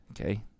Okay